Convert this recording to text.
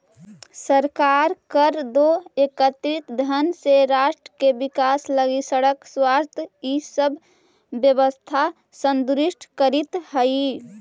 सरकार कर दो एकत्रित धन से राष्ट्र के विकास लगी सड़क स्वास्थ्य इ सब व्यवस्था सुदृढ़ करीइत हई